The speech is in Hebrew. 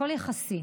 הכול יחסי.